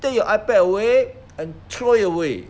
take your ipad away and throw it away